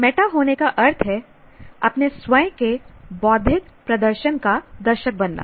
Meta होने का अर्थ है अपने स्वयं के बौद्धिक प्रदर्शन का दर्शक बनना